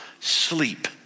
sleep